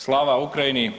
Slava Ukrajini,